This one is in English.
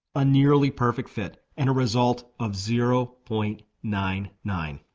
a nearly perfect fit and a result of zero point nine nine.